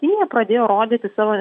kinija pradėjo rodyti savo